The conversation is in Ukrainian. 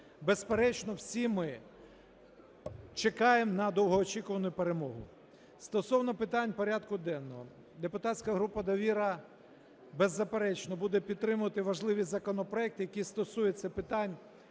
Безперечно, всі ми чекаємо на довгоочікувану перемогу. Стосовно питань порядку денного. Депутатська група "Довіра" беззаперечно буде підтримувати важливі законопроекти, які стосуються питань